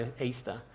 Easter